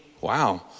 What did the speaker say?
Wow